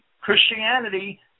Christianity